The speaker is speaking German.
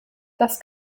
das